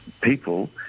people